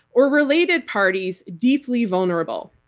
or related parties, deeply vulnerable.